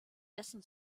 dessen